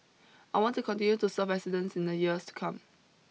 I want to continue to serve residents in the years to come